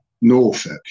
Norfolk